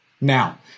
Now